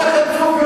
אתה חצוף,